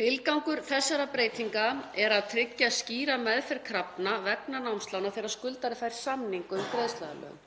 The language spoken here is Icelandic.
Tilgangur þessara breytinga er að tryggja skýra meðferð krafna vegna námslána þegar skuldari fær samning um greiðsluaðlögun.